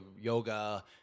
yoga